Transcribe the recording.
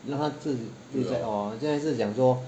让他自己 现在是讲说